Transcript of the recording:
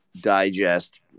digest